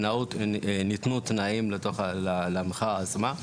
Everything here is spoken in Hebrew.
ניתנו תנאים למחאה עצמה.